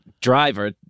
driver